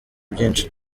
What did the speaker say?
byinshi